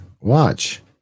watch